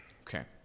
Okay